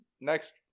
next